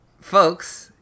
folks